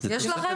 יש לכם?